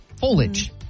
Foliage